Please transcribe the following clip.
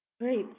Great